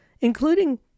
including